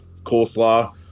coleslaw